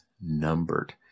numbered